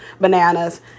bananas